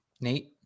Nate